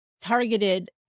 targeted